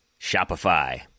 Shopify